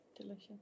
Delicious